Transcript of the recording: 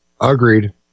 agreed